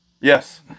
yes